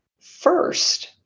first